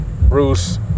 Bruce